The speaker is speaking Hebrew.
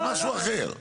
זה משהו אחר.